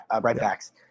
right-backs